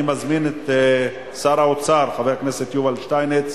אני מזמין את שר האוצר, חבר הכנסת יובל שטייניץ,